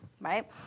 right